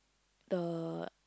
the